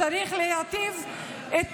צריך להיטיב את